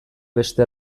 beste